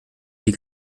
die